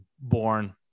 born